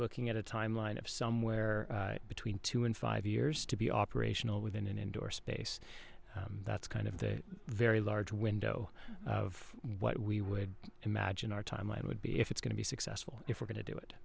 looking at a timeline of somewhere between two and five years to be operational within an indoor space that's kind of the very large window of what we would imagine our timeline would be if it's going to be successful if we're going to do it